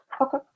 Okay